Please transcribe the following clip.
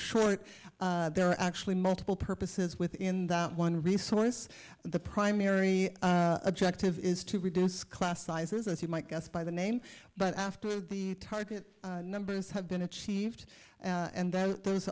short there are actually multiple purposes within that one resource the primary objective is to reduce class sizes as you might guess by the name but after the target numbers have been achieved and that those